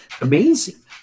amazing